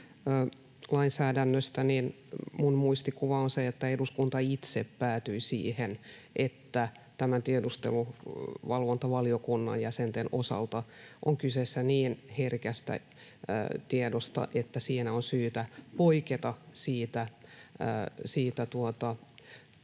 tiedustelulainsäädännöstä, minun muistikuvani on se, että eduskunta itse päätyi siihen, että tiedusteluvalvontavaliokunnan jäsenten osalta on kyse niin herkästä tiedosta, että siinä on syytä poiketa siitä